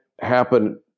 happen